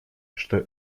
что